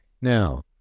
Now